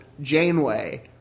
Janeway